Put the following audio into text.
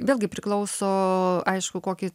vėlgi priklauso aišku kokį